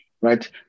right